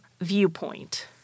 viewpoint